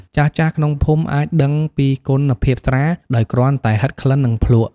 ចាស់ៗក្នុងភូមិអាចដឹងពីគុណភាពស្រា ដោយគ្រាន់តែហិតក្លិន និងភ្លក្ស។